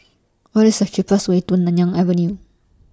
What IS The cheapest Way to Nanyang Avenue